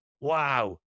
Wow